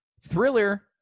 Thriller